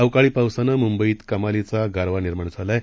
अवकाळीपावसानंमुंबईतकमालीचागारवानिर्माणझालाआहे